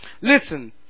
Listen